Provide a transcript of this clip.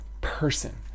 person